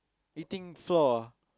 eating floor ah